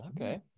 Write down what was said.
okay